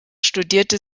studierte